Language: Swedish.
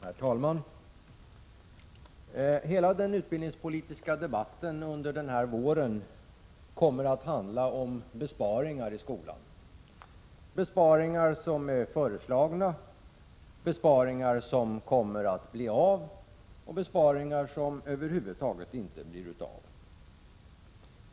Herr talman! Hela den utbildningspolitiska debatten den här våren kommer att handla om besparingar i skolan: besparingar som är föreslagna, besparingar som kommer att bli av och besparingar som över huvud taget inte kommer att bli av.